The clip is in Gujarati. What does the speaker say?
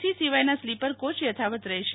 સી સિવાયના સ્લીપર કોય યથાવત રહેશે